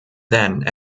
then